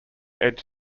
edge